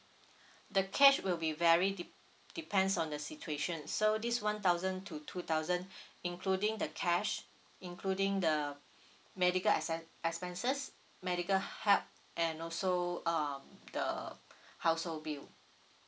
the cash will be vary de~ depends on the situation so this one thousand to two thousand including the cash including the medical assi~ expenses medical help and also um the household bill